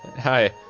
Hi